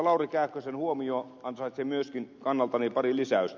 lauri kähkösen huomio ansaitsee myöskin kannaltani pari lisäystä